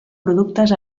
productes